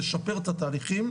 לשפר את התהליכים,